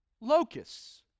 locusts